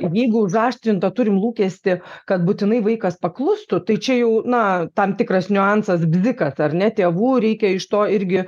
jeigu užaštrint tą turim lūkestį kad būtinai vaikas paklustų tai čia jau na tam tikras niuansas bzikas ar ne tėvų reikia iš to irgi